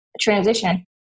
transition